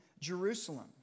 Jerusalem